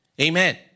Amen